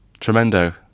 Tremendo